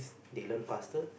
they learn faster